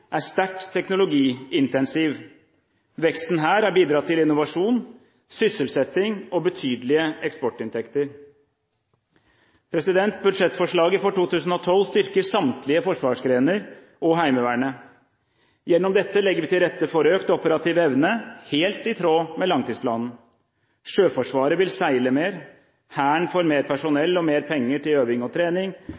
er sterkt teknologiintensiv. Veksten her har bidratt til innovasjon, sysselsetting og betydelige eksportinntekter. Budsjettforslaget for 2012 styrker samtlige forsvarsgrener og Heimevernet. Gjennom dette legger vi til rette for økt operativ evne, helt i tråd med langtidsplanen. Sjøforsvaret vil seile mer. Hæren får mer